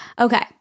Okay